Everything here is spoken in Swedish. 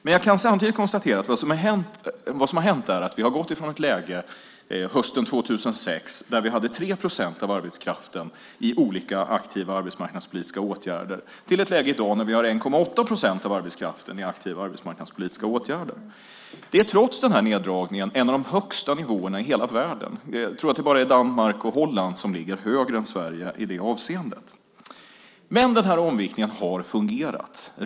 Men jag kan samtidigt konstatera att vad som har hänt är att vi har gått från ett läge hösten 2006 då vi hade 3 procent av arbetskraften i olika aktiva arbetsmarknadspolitiska åtgärder till ett läge i dag när vi har 1,8 procent av arbetskraften i aktiva arbetsmarknadspolitiska åtgärder. Det är trots den här neddragningen en av de högsta nivåerna i hela världen. Jag tror att det är bara Danmark och Holland som ligger högre än Sverige i detta avseende. Men denna omviktning har fungerat.